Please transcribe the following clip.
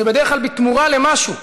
זה בדרך כלל בתמורה למשהו.